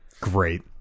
Great